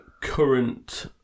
current